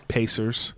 Pacers